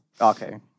Okay